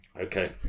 okay